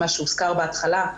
מה שהוזכר בהתחלה.